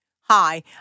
Hi